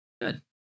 Good